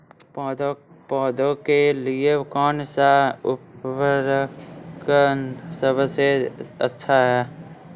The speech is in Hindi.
पौधों के लिए कौन सा उर्वरक सबसे अच्छा है?